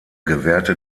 gewährte